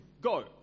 go